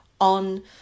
On